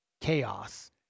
chaos